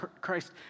Christ